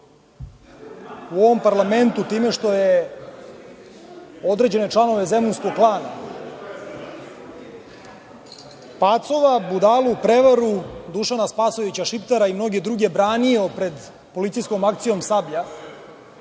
u ovom parlamentu time što je određene članove „zemunskog klana“, pacova, budalu, prevaru, Dušana Spasojevića Šiptara i mnoge druge branio pred policijskom akcijom „Sablja“